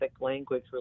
language